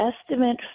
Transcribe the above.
estimate